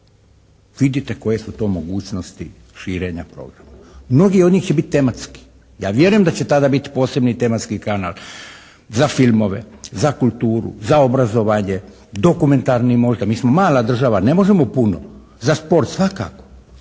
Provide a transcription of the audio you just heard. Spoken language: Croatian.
Vidite koje su to mogućnosti širenja … /Govornik se ne razumije./ … Mnogi od njih će biti tematski. Ja vjerujem da će tada biti posebni tematski kanal. Za filmove, za kulturu, za obrazovanje, dokumentarni možda. Mi smo mala država, ne može puno. Za sport svakako.